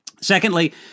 Secondly